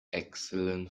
excellent